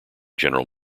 general